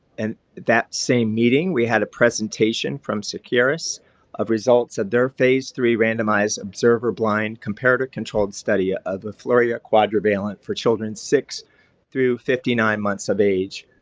and that same meeting we had a presentation from seqirus of results of their phase three randomized observer blind comparative controlled study of afluria quadrivalent for children six through fifty nine months of age,